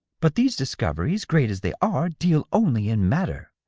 but these discoveries, great as they are, deal only in matter.